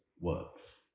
works